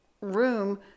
room